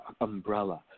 umbrella